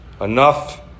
Enough